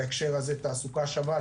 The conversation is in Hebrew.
בהקשר הזה תעסוקה שווה,